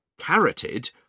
carroted